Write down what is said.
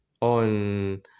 on